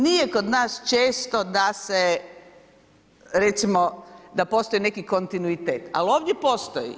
Nije kod nas često da se recimo da postoji neki kontinuitet, ali ovdje postoji.